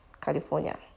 California